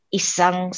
isang